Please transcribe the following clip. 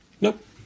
nope